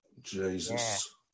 Jesus